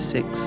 six